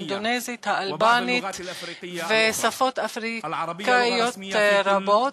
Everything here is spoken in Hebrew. האינדונזית והאלבנית ושפות אפריקניות רבות.